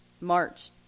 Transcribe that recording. March